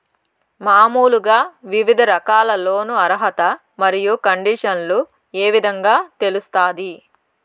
మామూలుగా వివిధ రకాల లోను అర్హత మరియు కండిషన్లు ఏ విధంగా తెలుస్తాది?